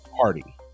party